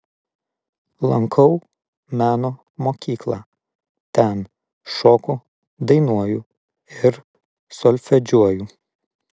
lankau meno mokyklą ten šoku dainuoju ir solfedžiuoju